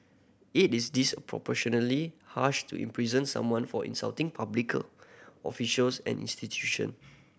it is disproportionately harsh to imprison someone for insulting public officials and institution